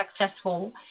successful